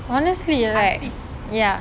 honestly right ya